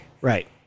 Right